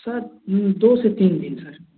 sir दो से तीन दिन सर